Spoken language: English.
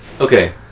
Okay